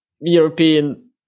European